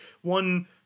one